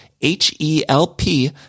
H-E-L-P